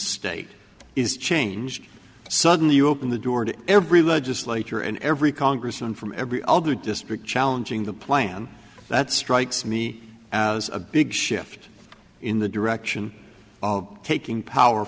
state is changed suddenly you open the door to every legislature and every congressman from every district challenging the plan that strikes me as a big shift in the direction of taking power